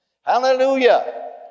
Hallelujah